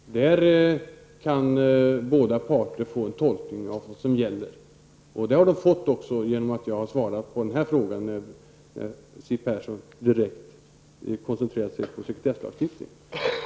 Fru talman! Jag tycker inte det här handlar om sekretesslagstiftningen. Där kan båda parter få en tolkning av vad som gäller. Det har man fått genom att jag har svarat på frågan där Siw Persson direkt koncentrerade sig på sekretesslagstiftningen.